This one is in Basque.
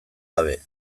gabe